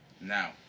Now